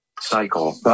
Cycle